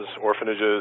orphanages